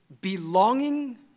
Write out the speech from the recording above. belonging